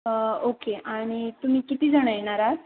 okay आणि तुम्ही किती जणं येणार आहात